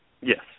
Yes